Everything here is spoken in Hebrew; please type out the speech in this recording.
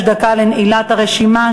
יש דקה לנעילת הרשימה,